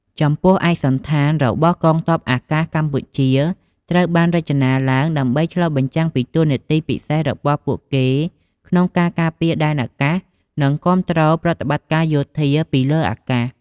ចំពោះឯកសណ្ឋានរបស់កងទ័ពអាកាសកម្ពុជា ត្រូវបានរចនាឡើងដើម្បីឆ្លុះបញ្ចាំងពីតួនាទីពិសេសរបស់ពួកគេក្នុងការការពារដែនអាកាស និងគាំទ្រប្រតិបត្តិការយោធាពីលើអាកាស។